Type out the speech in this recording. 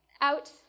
out